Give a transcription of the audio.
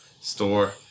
store